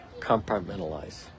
compartmentalize